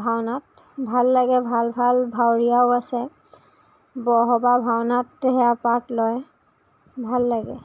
ভাওনাত ভাল লাগে ভাল ভাল ভাৱৰীয়াও আছে বৰসবাহ ভাওনাত সেইয়া পাৰ্ট লয় ভাল লাগে